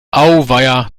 auweia